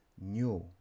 new